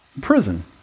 prison